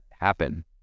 happen